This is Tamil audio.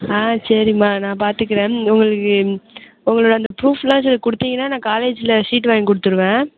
ஆ சரிம்மா நான் பார்த்துக்குறேன் உங்களுக்கு உங்களோட அந்த ப்ரூஃப்யெலாம் கொடுத்தீங்கன்னா நான் காலேஜில் ஷீட்டு வாங்கி கொடுத்துருவேன்